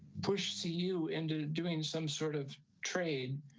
push. see you into doing some sort of trade,